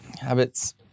Habits